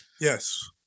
Yes